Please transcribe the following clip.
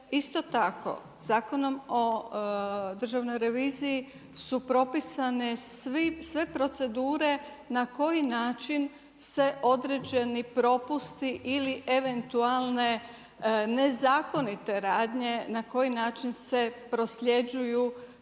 Isto tako Zakonom o državnoj reviziji su propisane sve procedure na koji način se određeni propusti ili eventualne nezakonite radnje na koji način se prosljeđuju